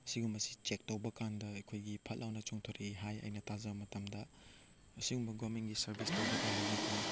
ꯑꯁꯤꯒꯨꯝꯕꯁꯤ ꯆꯦꯛ ꯇꯧꯕꯀꯥꯟꯗ ꯑꯩꯈꯣꯏꯒꯤ ꯐꯠꯂꯥꯎꯅ ꯆꯣꯡꯊꯣꯔꯛꯏ ꯍꯥꯏ ꯑꯩꯅ ꯇꯥꯖ ꯃꯇꯝꯗ ꯑꯁꯤꯒꯨꯝꯕ ꯒꯣꯕꯔꯃꯦꯟꯒꯤ ꯁꯔꯚꯤꯁ ꯇꯧꯕ ꯇꯥꯔꯒꯗꯤ